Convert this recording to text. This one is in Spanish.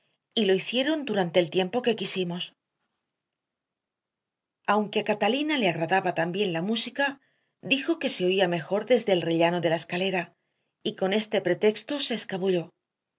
y lo hicieron durante el tiempo que quisimos aunque a catalina le agradaba también la música dijo que se oía mejor desde el rellano de la escalera y con este pretexto se escabulló